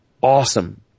awesome